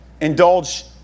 indulge